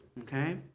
Okay